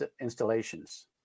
installations